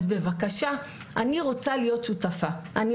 אני רוצה להיות שותפה, בבקשה.